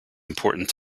important